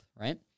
right